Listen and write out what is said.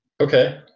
Okay